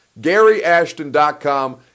GaryAshton.com